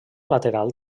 lateral